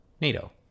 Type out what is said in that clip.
NATO